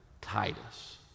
titus